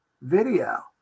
video